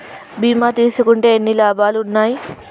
బీమా తీసుకుంటే ఎన్ని లాభాలు ఉన్నాయి?